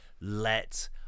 let